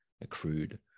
accrued